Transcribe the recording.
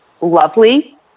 lovely